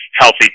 healthy